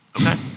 Okay